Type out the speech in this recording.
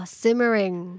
simmering